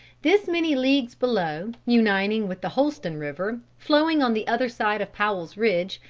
this many leagues below, uniting with the holston river, flowing on the other side of powell's ridge,